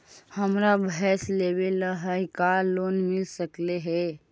हमरा भैस लेबे ल है का लोन मिल सकले हे?